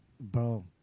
bro